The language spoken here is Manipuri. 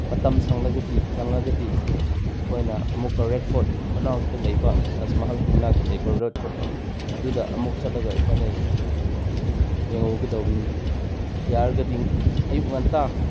ꯃꯇꯝ ꯁꯪꯂꯒꯗꯤ ꯅꯪꯂꯒꯗꯤ ꯑꯩꯈꯣꯏꯅ ꯑꯃꯨꯛꯀ ꯔꯦꯠ ꯐꯣꯔꯠ ꯃꯅꯥꯛꯇ ꯂꯩꯕ ꯇꯥꯖꯃꯍꯜꯒꯤ ꯃꯅꯥꯛꯇ ꯂꯩꯕ ꯔꯦꯠ ꯐꯣꯔꯠ ꯑꯗꯨꯗ ꯑꯃꯨꯛ ꯆꯠꯂꯒ ꯑꯩꯈꯣꯏꯅ ꯌꯧꯔꯨꯒꯗꯧꯕꯅꯤ ꯌꯥꯔꯒꯗꯤ ꯑꯌꯨꯛ ꯉꯟꯇꯥ